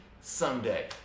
someday